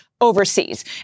overseas